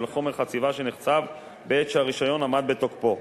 חומר חציבה שנחצב בעת שהרשיון עמד בתוקפו.